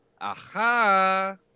Aha